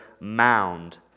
mound